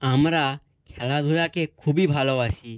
আমরা খেলাধুলাকে খুবই ভালোবাসি